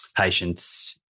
patients